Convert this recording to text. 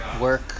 work